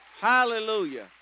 Hallelujah